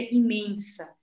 imensa